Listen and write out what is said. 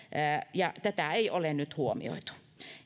ja tätä ei ole nyt huomioitu